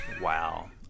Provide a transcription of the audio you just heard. Wow